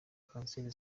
kanseri